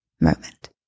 moment